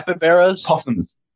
possums